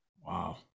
Wow